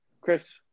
Chris